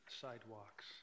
sidewalks